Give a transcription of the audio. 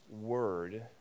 word